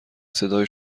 صدای